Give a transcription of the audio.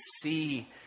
see